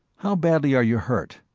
how badly are you hurt?